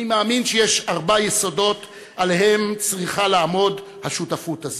אני מאמין שיש ארבעה יסודות שעליהם צריכה לעמוד השותפות הזאת.